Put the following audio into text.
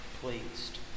pleased